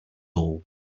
all